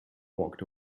walked